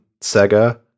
Sega